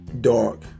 dark